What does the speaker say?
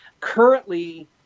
currently